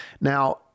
Now